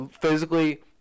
physically